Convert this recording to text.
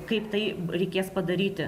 kaip tai reikės padaryti